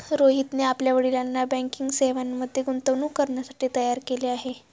रोहितने आपल्या वडिलांना बँकिंग सेवांमध्ये गुंतवणूक करण्यासाठी तयार केले आहे